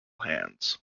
hands